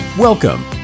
Welcome